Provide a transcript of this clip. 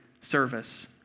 service